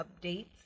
updates